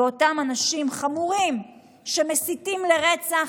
ואותם אנשים חמורים שמסיתים לרצח,